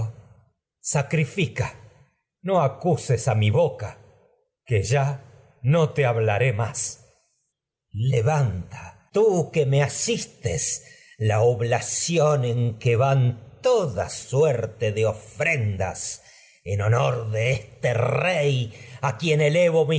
sacrifica no acuses mi boca que ya te hablaré más que me clitemnestra levanta tú ción este los en asistes la obla en que van toda suerte de ofrendas honor de rey a quien elevo mis